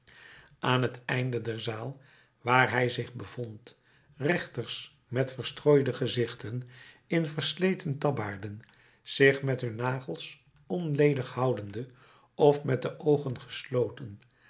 aan het einde der zaal waar hij zich bevond rechters met verstrooide gezichten in versleten tabbaarden zich met hun nagels onledig houdende of met de oogen gesloten